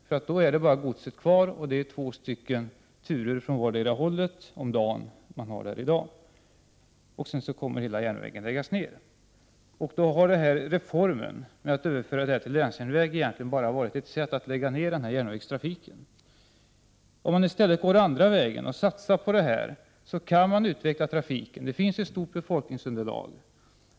Godset skulle ensamt bli kvar, och det rör sig för närvarande bara om två turer om dagen från vartdera hållet. Sedan skulle hela järnvägen läggas ned. Då har reformen att överföra det hela till länsjärnväg egentligen bara varit ett sätt att lägga ned järnvägstrafiken. Går man i stället den andra vägen och gör en satsning kan man utveckla trafiken. Det finns ett stort befolkningsunderlag.